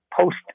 post